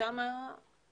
שם אין את החוק הזה.